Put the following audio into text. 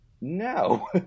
no